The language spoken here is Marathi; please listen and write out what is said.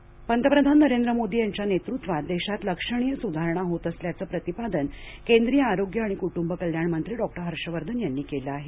हर्षवर्धन पंतप्रधान नरेंद्र मोदी यांच्या नेतृत्वात देशांत लक्षणीय सुधारणा होत असल्याचं प्रतिपादन केंद्रीय आरोग्य आणि कुटुंब कल्याण मंत्री डॉ हर्षवर्धन यांनी केलं आहे